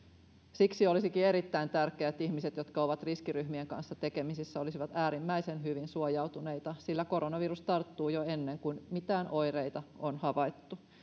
siksi olisikin erittäin tärkeää että ihmiset jotka ovat riskiryhmien kanssa tekemisissä olisivat äärimmäisen hyvin suojautuneita sillä koronavirus tarttuu jo ennen kuin mitään oireita on havaittu